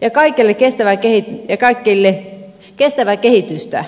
ja kaikille kestävää kehitystä kotimaisin varoin